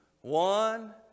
one